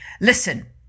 Listen